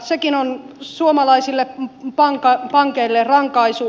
sekin on suomalaisille pankeille rankaisu